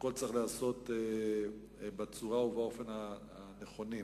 הכול צריך להיעשות בצורה ובאופן הנכונים.